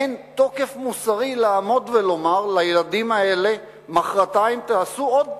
אין תוקף מוסרי לעמוד ולומר לילדים האלה מחרתיים: תעשו עוד פעם.